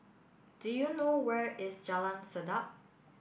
do you know where is Jalan Sedap